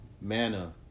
manna